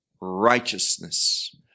righteousness